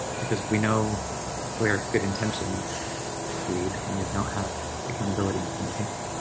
because we know where good intentions lead when they don't have accountability mechanisms.